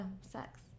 sex